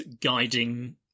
guiding